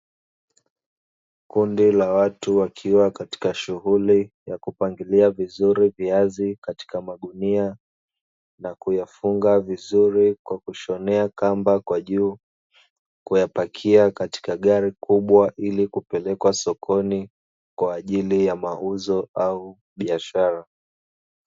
Kundi la watu wakiwa katika shughuli ya kupangilia vizuri viazi katika magunia na kuyafunga vizuri kwa kushonea kamba kwa juu, kuyapakia katika gari kubwa ili kupelekqa sokoni kwa ajili ya mauzo au biashara.